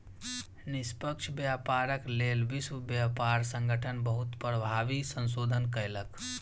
निष्पक्ष व्यापारक लेल विश्व व्यापार संगठन बहुत प्रभावी संशोधन कयलक